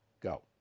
Go